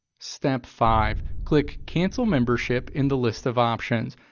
step five. click cancel membership in the list of options.